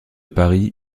paris